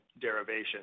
derivation